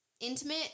intimate